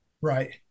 Right